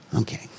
Okay